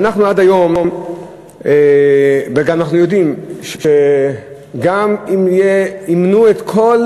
אנחנו גם יודעים שגם אם ימנעו את כל